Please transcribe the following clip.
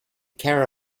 care